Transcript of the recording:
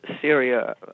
Syria